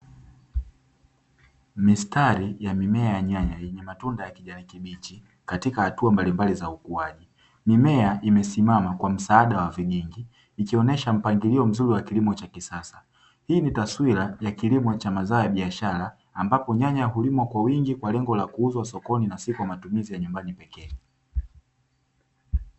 Mistari ya mimea ya nyanya yenye matunda ya kijani kibichi, katika hatua mbalimbali za ukuaji, mimea imesimama kwa msaada wa vigingi, ikionesha mpangilio mzuri wa kilimo cha kisasa, hii ni taswira ya kilimo cha mazao biashara, ambapo nyanya ya kulimwa kwa wingi kwa lengo la kuuzwa sokoni, na si kwa matumizi ya nyumbani pekee.